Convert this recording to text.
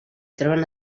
troben